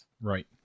Right